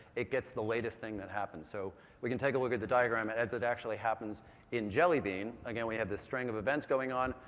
it gets the latest thing that happens. so we can take a look at the diagram as it actually happens in jelly bean. again, we had this string of events going on.